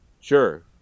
sure